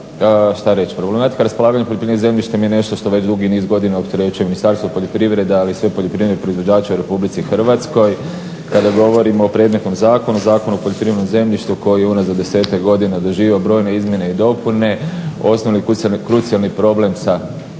što reći. Problematika raspolaganjem poljoprivrednim zemljištem je nešto već drugi niz godina opterećuje Ministarstvo poljoprivrede ali i sve poljoprivredne proizvođače u RH. Kada govorimo o predmetnom zakonu, Zakonu o poljoprivrednom zemljištu koji je unazad 10-tak godina doživio brojne izmjene i dopune osnovni i krucijalni problem sa modelom